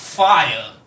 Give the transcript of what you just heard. Fire